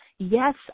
Yes